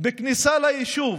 בכניסה ליישוב.